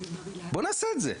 בוא נעשה את זה.